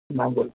ಮ್ಯಾಂಗೋಲಿ